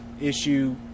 issue